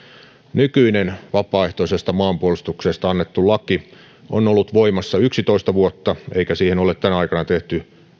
nykyinen vapaaehtoisesta maanpuolustuksesta annettu laki on ollut voimassa yksitoista vuotta eikä siihen ole tänä aikana tehty